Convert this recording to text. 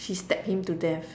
she stabbed him to death